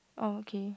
orh okay